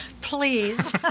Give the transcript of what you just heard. please